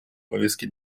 повестки